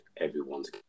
everyone's